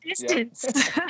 Distance